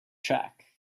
track